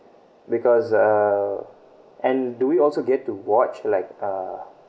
because uh and do we also get to watch like uh